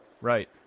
Right